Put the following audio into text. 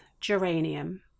geranium